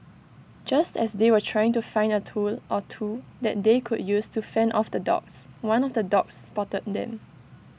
just as they were trying to find A tool or two that they could use to fend off the dogs one of the dogs spotted them